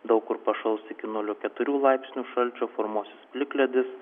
daug kur pašals iki nulio keturių laipsnių šalčio formuosis plikledis